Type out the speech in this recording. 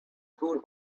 food